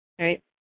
right